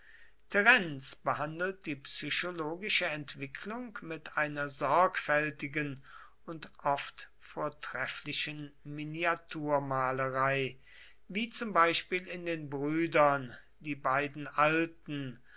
terenz behandelt die psychologische entwicklung mit einer sorgfältigen und oft vortrefflichen miniaturmalerei wie zum beispiel in den brüdern die beiden alten